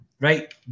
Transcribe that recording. right